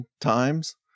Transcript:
times